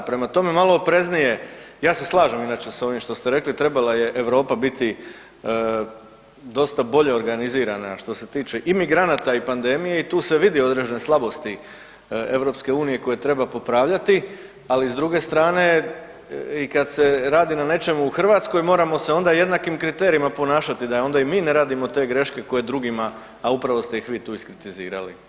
Prema tome, malo opreznije, ja se slažem inače s ovim što ste rekli, trebala je Europa biti dosta bolje organizirana što se tiče i migranata i pandemije i tu se vide određene slabosti EU koje treba popravljati, ali s druge strane i kad se radi na nečemu u Hrvatskoj moramo se onda jednakim kriterijima ponašati da onda i mi ne radimo te greške koje drugima, a upravo ste ih vi tu iskritizirali.